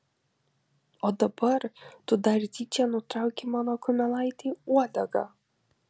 o dabar tu dar tyčia nutraukei mano kumelaitei uodegą